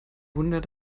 wunder